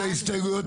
מי נגד ההסתייגויות?